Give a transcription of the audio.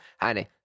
Honey